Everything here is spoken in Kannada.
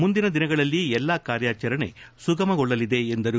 ಮುಂದಿನ ದಿನಗಳಲ್ಲಿ ಎಲ್ಲಾ ಕಾರ್ಯಾಚರಣೆ ಸುಗಮಗೊಳ್ಳಲಿವೆ ಎಂದರು